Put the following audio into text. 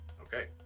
Okay